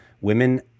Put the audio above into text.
women